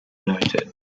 noted